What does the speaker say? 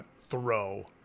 throw